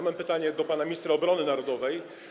Mam pytanie do pana ministra obrony narodowej.